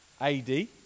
AD